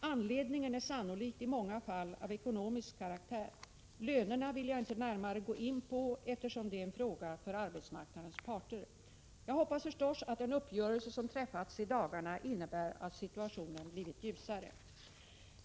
Anledningen är sannolikt i många fall av ekonomisk karaktär. Lönerna vill jag inte närmare gå in på eftersom det är en fråga för arbetsmarknadens parter. Jag hoppas förstås att den uppgörelse som träffats i dagarna innebär att situationen blivit ljusare.